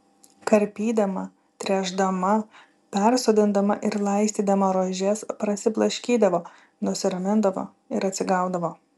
karpydama tręšdama persodindama ir laistydama rožes prasiblaškydavo nusiramindavo ir atsigaudavo